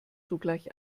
sogleich